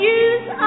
use